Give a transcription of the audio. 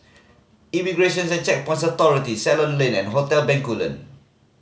Immigrations and Checkpoints Authority Ceylon Lane and Hotel Bencoolen